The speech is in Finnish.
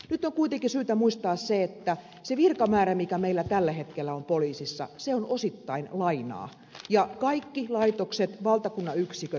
nyt on kuitenkin syytä muistaa se että se virkamäärä mikä meillä tällä hetkellä on poliisissa on osittain lainaa ja kaikki laitokset valtakunnan yksiköt tietävät tämän